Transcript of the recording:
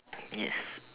yes